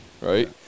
right